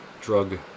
drug